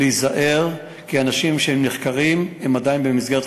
להיזהר, כי אנשים שנחקרים הם עדיין בבחינת חשודים,